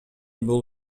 бул